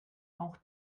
auch